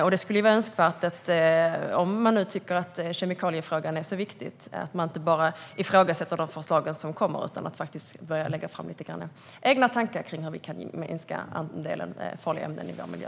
Om man nu tycker att kemikaliefrågan är viktig vore det ju önskvärt att inte bara ifrågasätta de förslag som kommer utan faktiskt lägga fram egna tankar kring hur vi kan minska andelen farliga ämnen i vår miljö.